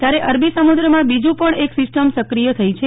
ત્યારે અરબી સમુદ્રમાં બીજુ પણ એક સિસ્ટમ સક્રિય થઈ છે